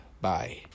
bye